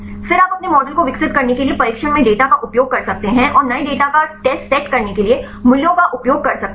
फिर आप अपने मॉडल को विकसित करने के लिए प्रशिक्षण में डेटा का उपयोग कर सकते हैं और नए डेटा का टेस्टसेट करने के लिए मूल्यों का उपयोग कर सकते हैं